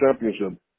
championship